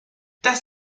das